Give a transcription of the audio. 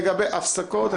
לגבי הפסקות,